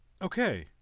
Okay